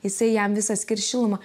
jisai jam visą skirs šilumą